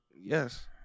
Yes